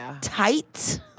tight